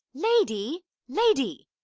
lady! lady